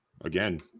Again